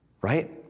right